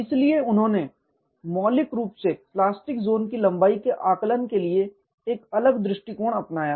इसलिए उन्होंने मौलिक रूप से प्लास्टिक ज़ोन की लंबाई के आकलन के लिए एक अलग दृष्टिकोण अपनाया